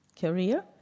career